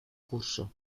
curso